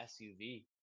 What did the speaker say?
SUV